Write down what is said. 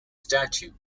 statue